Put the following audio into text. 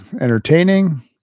entertaining